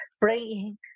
bringing